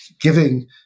giving